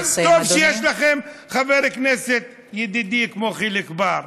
אבל טוב שיש לכם חבר כנסת כמו ידידי חיליק בר.